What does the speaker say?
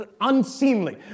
unseemly